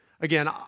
Again